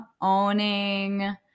Owning